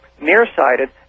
nearsighted